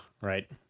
right